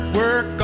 work